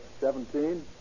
Seventeen